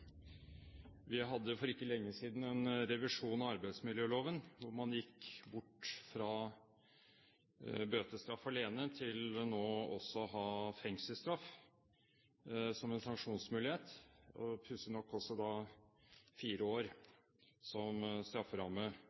Vi hadde for ikke lenge siden en revisjon av arbeidsmiljøloven, hvor man gikk bort fra bøtestraff alene til også å ha fengselsstraff som en sanksjonsmulighet, og pussig nok fire år som strafferamme.